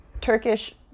Turkish